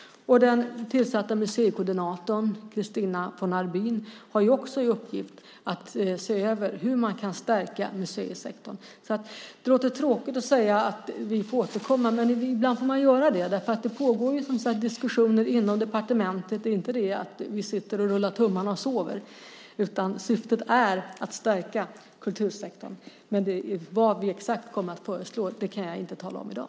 Den tillsatta museikoordinatorn Christina von Arbin har också i uppgift att se över hur man kan stärka museisektorn. Det låter tråkigt att säga att vi får återkomma, men ibland får man göra det. Det pågår diskussioner inom departementet. Vi sitter inte och rullar tummarna och sover, utan syftet är att stärka kultursektorn. Vad vi exakt kommer att föreslå kan jag tyvärr inte tala om i dag.